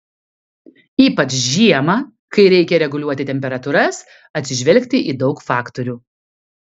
ypač žiemą kai reikia reguliuoti temperatūras atsižvelgti į daug faktorių